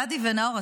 ולדי ונאור,